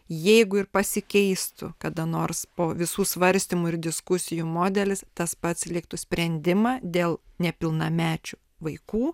jeigu ir pasikeistų kada nors po visų svarstymų ir diskusijų modelis tas pats liktų sprendimą dėl nepilnamečių vaikų